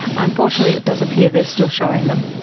unfortunately it does appear they're still showing them.